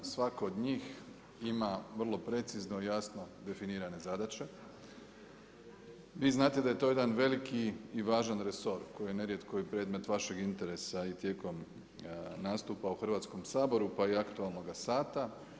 Svako od njih ima vrlo precizno i jasno definirane zadaće, vi znate da je to jedan veliki i važan resor koji je nerijetko i predmet vašeg interesa i tijekom nastupa u Hrvatskom sabora pa i aktualnoga sata.